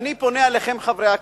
ואני פונה אליכם, חברי הכנסת,